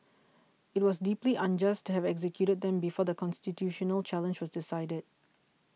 it was deeply unjust to have executed them before the constitutional challenge was decided